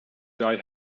die